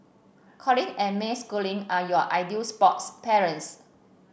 Colin and May Schooling are your ideal sports parents